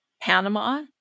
Panama